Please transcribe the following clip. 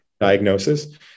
diagnosis